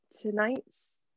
tonight's